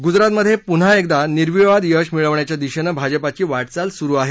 गुजरातमध्ये पुन्हा एकदा निर्विवाद यश मिळवण्याच्या दिशेनं भाजपाची वाटचाल सुरू आहे